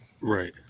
Right